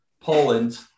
Poland